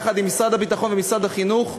יחד עם הביטחון ומשרד החינוך,